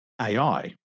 AI